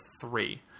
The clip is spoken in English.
three